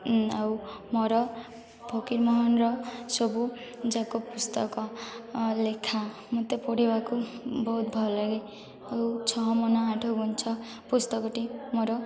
ଆଉ ମୋର ଫକୀର ମୋହନର ସବୁଯାକ ପୁସ୍ତକ ଲେଖା ମୋତେ ପଢ଼ିବାକୁ ବହୁତ ଭଲ ଲାଗେ ଆଉ ଛଅ ମାଣ ଆଠଗୁଣ୍ଠ ପୁସ୍ତକଟି ମୋର